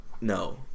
No